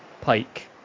Pike